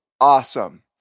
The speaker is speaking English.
awesome